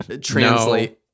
translate